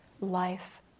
life